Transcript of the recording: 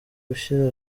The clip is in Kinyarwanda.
gushyira